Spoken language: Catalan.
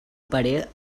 parer